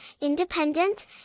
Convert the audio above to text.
independent